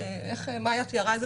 שנייה אחת.